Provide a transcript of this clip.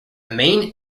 main